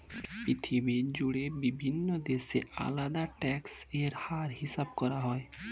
পৃথিবী জুড়ে বিভিন্ন দেশে আলাদা ট্যাক্স এর হার হিসাব করা হয়